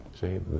See